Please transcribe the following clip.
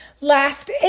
last